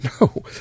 No